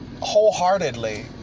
wholeheartedly